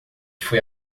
foi